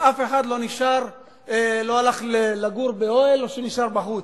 ואף אחד לא הלך לגור באוהל ולא נשאר בחוץ.